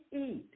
eat